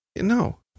No